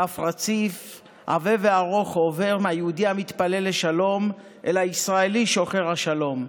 קו רציף עבה וארוך עובר מהיהודי המתפלל לשלום אל הישראלי שוחר השלום,